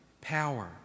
power